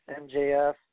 MJF